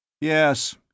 Yes